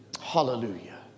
Hallelujah